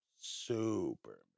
super